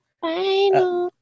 Final